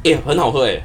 eh 很好喝 eh